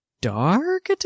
dark